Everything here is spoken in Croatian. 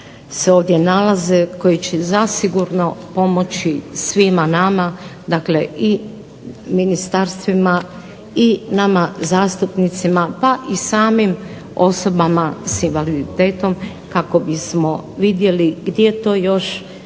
se ovdje nalaze, koje će zasigurno pomoći svima nama dakle i ministarstvima i nama zastupnicima pa i samim osoba s invaliditetom kako bismo vidjeli gdje to još